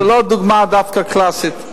זו לא דוגמה דווקא קלאסית.